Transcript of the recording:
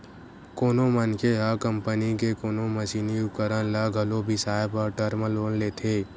कोनो मनखे ह कंपनी के कोनो मसीनी उपकरन ल घलो बिसाए बर टर्म लोन लेथे